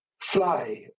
fly